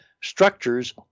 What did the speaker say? structures